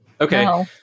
Okay